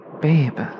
Babe